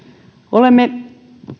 olemme